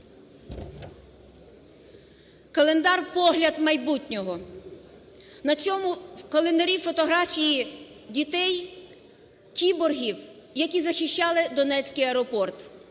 календар "Погляд майбутнього". На цьому календарі фотографії дітей кіборгів, які захищали Донецький аеропорт,